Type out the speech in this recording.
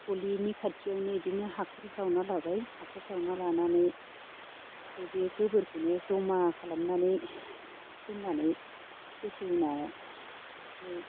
गलिनि खाथियावनो इदिनो हाखर जावना लाबाय हाखर जावना लानानै बे गोबोरखोनो जमा खालामनानै दोननानै फेसेवनानै